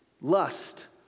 lust